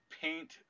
paint